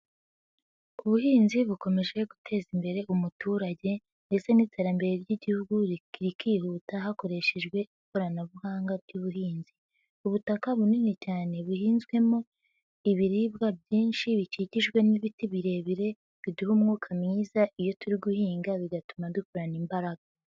Ubuhinzi bukomeje guteza imbere umuturage ndetse n'iterambere ry'Igihugu rikihuta hakoreshejwe ikoranabuhanga ry'ubuhinzi. Ubutaka bunini cyane buhinzwemo ibiribwa byinshi, bikikijwe n'ibiti birebire, biduha umwuka mwiza iyo turi guhinga, bigatuma dukorana imbaraga.